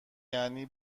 یعنی